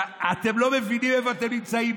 אתם לא מבינים איפה אתם נמצאים.